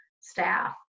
staff